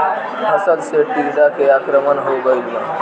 फसल पे टीडा के आक्रमण हो गइल बा?